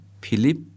Philip